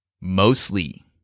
Mostly